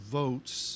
votes